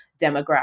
demographic